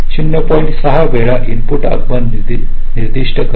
6 वेळा इनपुट आगमन निर्दिष्ट करते